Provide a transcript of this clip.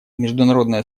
международное